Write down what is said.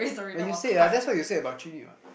but you said ah that's what you said about Jun-Yi [what]